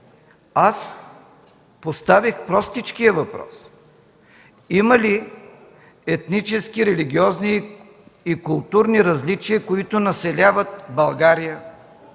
Аз поставих простичкия въпрос: има ли етнически, религиозни и културни различия, които населяват България,